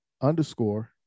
underscore